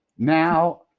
now